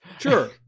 sure